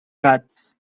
gats